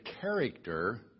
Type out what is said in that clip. character